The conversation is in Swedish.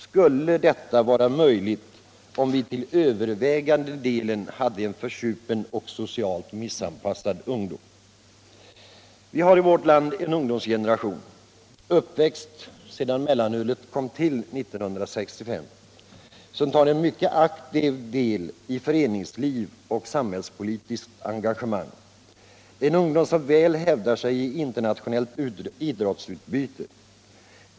Skulle detta vara möjligt, om vi till övervägande delen hade en försupen och socialt missanpassad ungdom? Vi har i vårt land en ungdomsgeneration — uppväxt sedan mellanölet kom till 1965 — som tar en mycket aktiv del i föreningsliv och samhällspolitiska engagemang. Det är en ungdom som väl hävdar sig i internationellt idrottsutbyte.